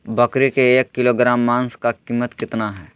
बकरी के एक किलोग्राम मांस का कीमत कितना है?